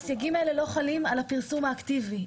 הסייגים האלה לא חלים על הפרסום האקטיבי,